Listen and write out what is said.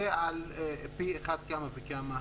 זה פי כמה וכמה,